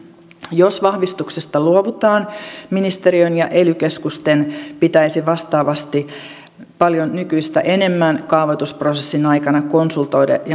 jos vahvistuksesta luovutaan ministeriön ja ely keskusten pitäisi vastaavasti paljon nykyistä enemmän kaavoitusprosessin aikana konsultoida ja neuvoa maakuntaliittoja